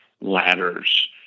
ladders